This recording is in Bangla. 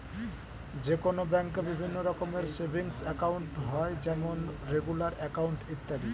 যে কোনো ব্যাঙ্কে বিভিন্ন রকমের সেভিংস একাউন্ট হয় যেমন রেগুলার অ্যাকাউন্ট, ইত্যাদি